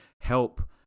help